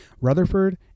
Rutherford